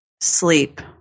Sleep